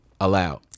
allowed